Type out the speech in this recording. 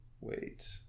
Wait